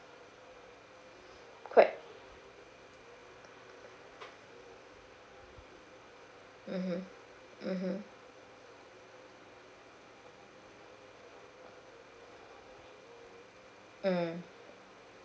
quite mmhmm mmhmm mm